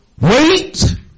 Wait